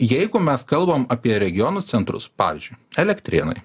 jeigu mes kalbam apie regionų centrus pavyzdžiui elektrėnai